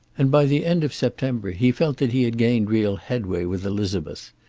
and by the end of september he felt that he had gained real headway with elizabeth.